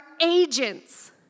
agents